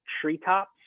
treetops